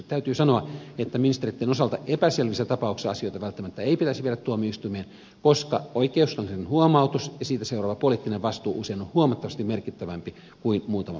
täytyy sanoa että ministereitten osalta epäselvissä tapauksissa asioita välttämättä ei pitäisi viedä tuomioistuimeen koska oikeuskanslerin huomautus ja siitä seuraava poliittinen vastuu usein on huomattavasti merkittävämpi rangaistus kuin muutama päiväsakko